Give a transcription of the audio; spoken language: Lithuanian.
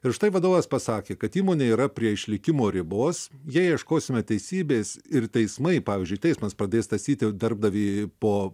ir štai vadovas pasakė kad įmonė yra prie išlikimo ribos jei ieškosime teisybės ir teismai pavyzdžiui teismas padės tąsyti darbdavį po